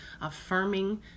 Affirming